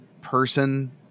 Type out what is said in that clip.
person